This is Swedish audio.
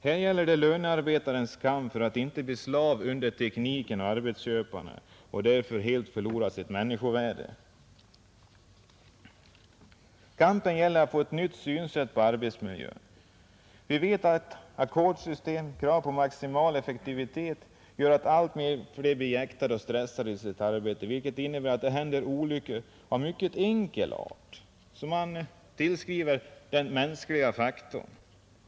Här gäller det lönearbetarens kamp för att inte bli slav under tekniken och arbetsköparna och därmed helt förlora sitt människovärde. Kampen gäller att få ett nytt synsätt på arbetsmiljön. Vi vet att ackordssystem och krav på maximal effektivitet gör att allt flera blir jäktade och stressade i sitt arbete, vilket innebär att det händer olyckor av mycket enkel art, som man tillskriver den mänskliga faktorn.